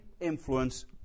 influence